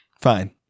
Fine